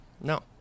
No